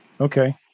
Okay